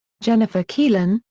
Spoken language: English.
jennifer keelan,